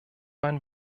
mein